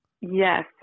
Yes